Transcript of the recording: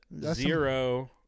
Zero